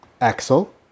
Axel